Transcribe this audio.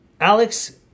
Alex